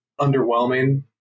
underwhelming